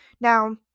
Now